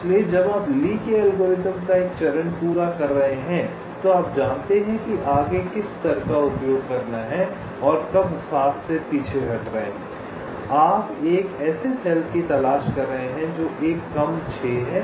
इसलिए जब आप ली के एल्गोरिथ्म का एक चरण पूरा कर रहे हैं तो आप जानते हैं कि आगे किस स्तर का उपयोग करना है और कब 7 से पीछे हट रहे हैं आप एक ऐसे सेल की तलाश कर रहे हैं जो एक कम 6 है